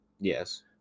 Yes